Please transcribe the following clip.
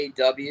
AW